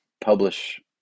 publish